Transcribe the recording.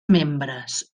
membres